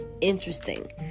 interesting